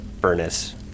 furnace